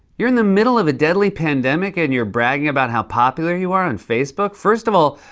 you're in the middle of a deadly pandemic, and you're bragging about how popular you are on facebook? first of all,